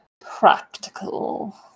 practical